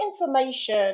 information